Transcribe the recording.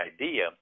idea